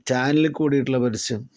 ചാനലിൽ കൂടിയിട്ടുള്ള പരസ്യം